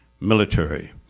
military